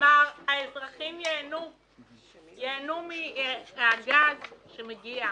ואמר שהאזרחים ייהנו מהגז שמגיע,